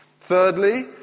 Thirdly